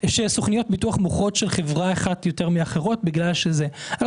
סוכנויות ביטוח מוכרות של חברה אחת יותר מאחרות נגיד בגלל העמלות.